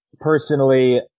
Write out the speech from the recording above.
Personally